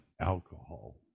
alcohol